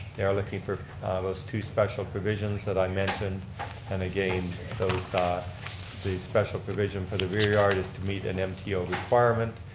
they are looking for those two special provisions that i mentioned and again ah the special provision for the rear yard is to meet an mto requirement.